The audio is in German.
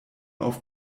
auf